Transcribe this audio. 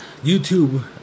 YouTube